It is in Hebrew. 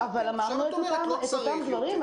אמרנו את אותם דברים.